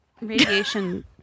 radiation